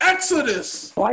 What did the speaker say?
Exodus